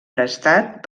prestat